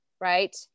Right